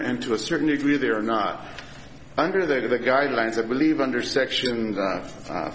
and to a certain degree they are not under the guidelines i believe under section